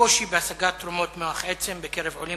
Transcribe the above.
הקושי בהשגת תרומת מוח עצם בקרב עולים